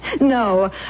No